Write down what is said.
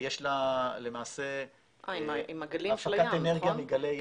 יש לה למעשה הפקת אנרגיה מגלי ים.